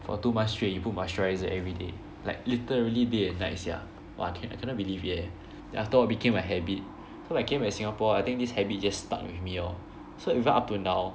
for two months straight you put moisturizer everyday like literally day and night sia !wah! I cannot cannot believe it leh then afterward became a habit so I came back Singapore I think this habit just stuck with me lor so even up to now